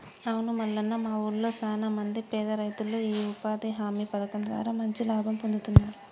అవును మల్లన్న మా ఊళ్లో సాన మంది పేద రైతులు ఈ ఉపాధి హామీ పథకం ద్వారా మంచి లాభం పొందుతున్నారు